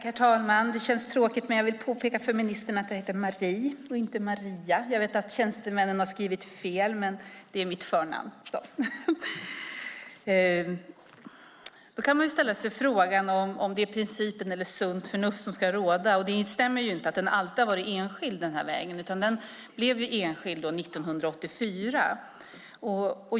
Herr talman! Det känns tråkigt, men jag vill påpeka för ministern att jag heter Marie och inte Maria. Jag vet att tjänstemännen har skrivit fel i interpellationssvaret, men det är mitt förnamn. Då kan man ställa sig frågan om det är principen eller sunt förnuft som ska råda. Det stämmer inte att vägen alltid har varit enskild. Den blev enskild 1984.